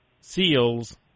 seals